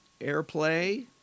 airplay